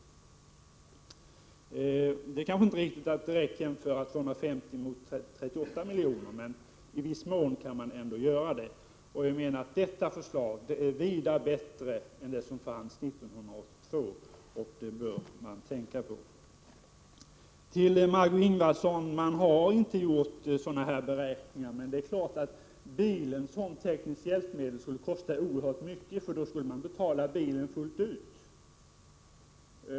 Kanske kan man inte direkt jämföra 250 miljoner med 38 miljoner, men jag menar ändå att detta förslag är väsentligt bättre än det som fanns 1982. Det bör man tänka på. Till Margö Ingvardsson: Man har inte gjort sådana beräkningar, men det är klart att bilen som tekniskt hjälpmedel skulle kosta oerhört mycket. Man skulle då få betala kostnaden fullt ut.